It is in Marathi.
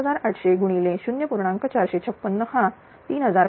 456 हा 3556